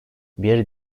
bir